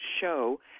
show